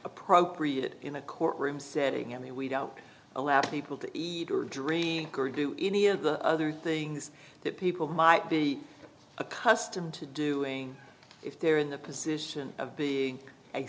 appropriate in a courtroom setting i mean we don't allow people to eat or drink or do any of the other things that people might be accustomed to doing if they're in the position of being a